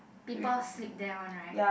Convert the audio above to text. people sleep there one right